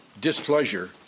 displeasure